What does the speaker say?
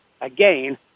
again